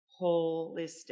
holistic